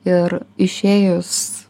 ir išėjus